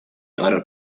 other